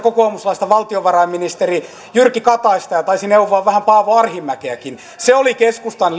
kokoomuslaista valtiovarainministeri jyrki kataista ja taisi neuvoa vähän paavo arhinmäkeäkin se oli keskustan